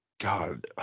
God